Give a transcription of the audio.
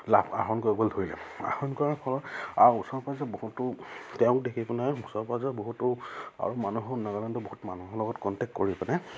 লাভ আহৰণ কৰিবলৈ ধৰিলে আহৰণ কৰাৰ ফলত আৰু ওচৰে পাঁজৰে বহুতো তেওঁক দেখি পেলাই ওচৰে পাঁজৰে বহুতো আৰু মানুহো নাগালেণ্ডৰ আৰু বহুতো মানুহৰ লগত কণ্টেক্ট কৰি পেলাই